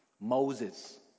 Moses